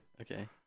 Okay